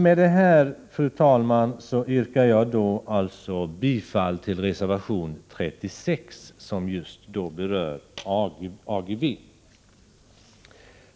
Med detta, fru talman, yrkar jag bifall till reservation 36, som just berör AGEVE.